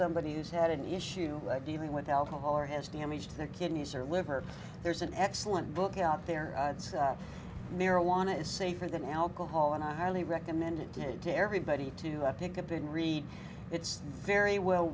somebody who's had an issue like dealing with alcohol or has damaged their kidneys or liver there's an excellent book out there it's marijuana is safer than alcohol and i highly recommend it to everybody to pick up in read it's very well